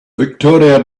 victoria